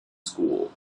school